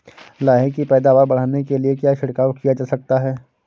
लाही की पैदावार बढ़ाने के लिए क्या छिड़काव किया जा सकता है?